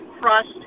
crust